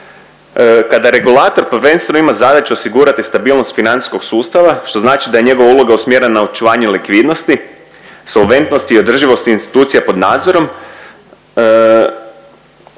Kada regulator prvenstveno ima zadaću osigurati stabilnost financijskog sustava, što znači da je njegova uloga usmjerena na očuvanje likvidnosti, solventnosti i održivosti institucija pod nadzorom,